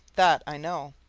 that i know.